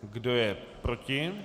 Kdo je proti?